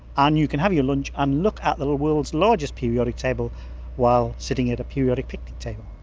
and you can have your lunch and look at the ah world's largest periodic table while sitting at a periodic picnic table.